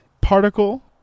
particle